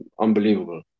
unbelievable